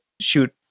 shoot